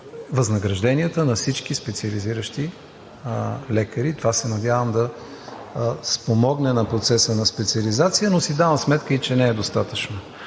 възнагражденията на всички специализиращи лекари. Това се надявам да спомогне на процеса на специализация, но си давам сметка и че не е достатъчно.